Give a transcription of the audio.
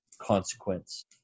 consequence